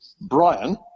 Brian